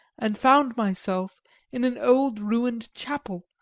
and found myself in an old, ruined chapel,